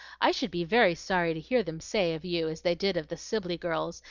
i should be very sorry to hear them say of you as they did of the sibley girls,